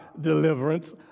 deliverance